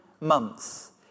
months